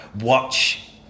watch